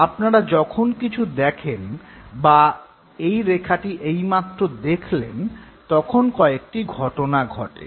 আপনারা যখন কিছু দেখেন বা এই রেখাটি এইমাত্র দেখলেন তখন কয়েকটি ঘটনা ঘটে